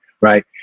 right